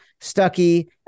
Stucky